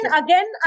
again